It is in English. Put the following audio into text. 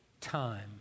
time